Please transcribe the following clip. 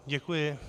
Děkuji.